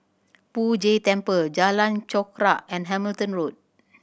Poh Jay Temple Jalan Chorak and Hamilton Road